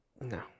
No